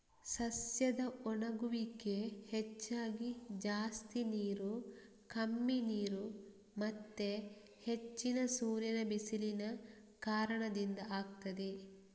ಸಸ್ಯದ ಒಣಗುವಿಕೆಗೆ ಹೆಚ್ಚಾಗಿ ಜಾಸ್ತಿ ನೀರು, ಕಮ್ಮಿ ನೀರು ಮತ್ತೆ ಹೆಚ್ಚಿನ ಸೂರ್ಯನ ಬಿಸಿಲಿನ ಕಾರಣದಿಂದ ಆಗ್ತದೆ